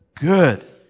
good